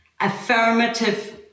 affirmative